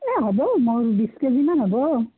এই হ'ব মোৰ বিছ কেজিমান হ'ব